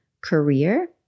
career